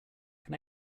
can